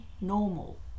normal